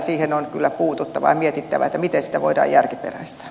siihen on kyllä puututtava ja mietittävä miten sitä voidaan järkiperäistää